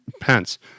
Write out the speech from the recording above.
Pence